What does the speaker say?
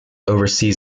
oversees